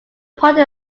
party